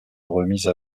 remise